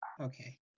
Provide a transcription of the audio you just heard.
Okay